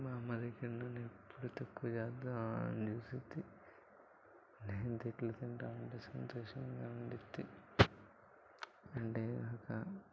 మా అమ్మ దగ్గర నన్ను ఎప్పుడు తక్కువ చేద్దామా అని చూస్తుంది నేను తిట్లు తింటూ ఉంటే సంతోషంగా ఉండుద్ది అంటే ఒక